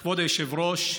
כבוד היושב-ראש,